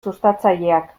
sustatzaileak